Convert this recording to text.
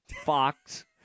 Fox